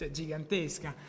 gigantesca